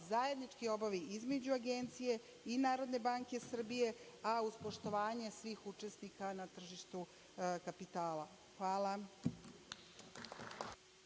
zajednički obavi između Agencije i Narodne banke Srbije, a uz poštovanje svih učesnika na tržištu kapitala. Hvala.